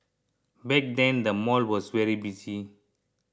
back then the mall was very busy